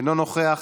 אינו נוכח,